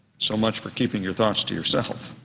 so much for keeping your thoughts to yourself.